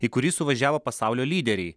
į kurį suvažiavo pasaulio lyderiai